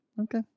Okay